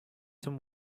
some